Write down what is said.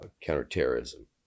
counterterrorism